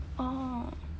oh